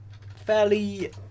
Fairly